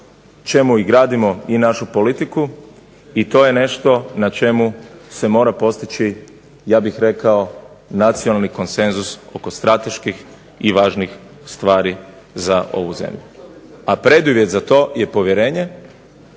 čemu i gradimo i našu politiku, i to je nešto na čemu se mora postići ja bih rekao nacionalni konsenzus oko strateških i važnih stvari za ovu zemlju. A preduvjet za to je povjerenje,